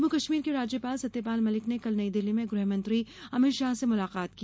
जम्मू कश्मीर के राज्यपाल सत्यपाल मलिक ने कल नई दिल्ली में गृहमंत्री अमित शाह से मुलाकात की